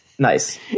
Nice